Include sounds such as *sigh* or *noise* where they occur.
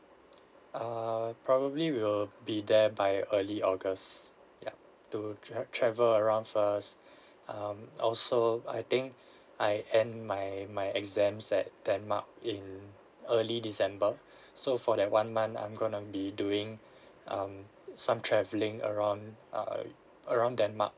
err probably we'll be there by early august ya to tra~ travel around first *breath* um also I think I end my my exams at denmark in early december so for that one month I'm going to be doing um some travelling around err around denmark